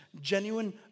genuine